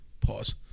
Pause